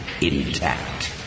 intact